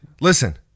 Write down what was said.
listen